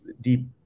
deep